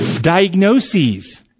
Diagnoses